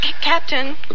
Captain